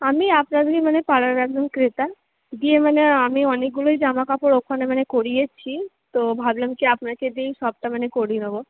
আমি আপনাদেরই মানে পাড়ার একজন ক্রেতা দিয়ে মানে আমি অনেকগুলোই জামাকাপড় ওখানে মানে করিয়েছি তো ভাবলাম কি আপনাকে দিয়েই সবটা মানে করিয়ে নেব